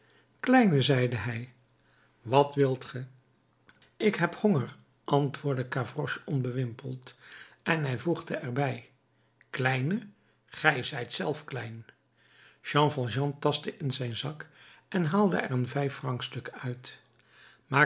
kleine zeide hij wat wilt ge ik heb honger antwoordde gavroche onbewimpeld en hij voegde er bij kleine gij zijt zelf klein jean valjean tastte in zijn zak en haalde er een vijffrancstuk uit maar